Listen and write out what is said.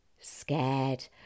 scared